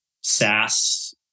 SaaS